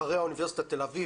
אחריה אוניברסיטת תל אביב,